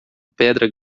pedra